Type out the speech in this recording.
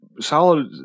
Solid